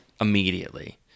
immediately